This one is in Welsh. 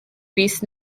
fis